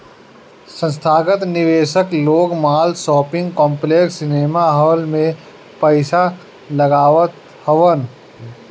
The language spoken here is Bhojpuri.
संथागत निवेशक लोग माल, शॉपिंग कॉम्प्लेक्स, सिनेमाहाल में पईसा लगावत हवन